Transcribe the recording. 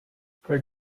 for